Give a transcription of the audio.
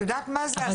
את יודעת מה זה עשה?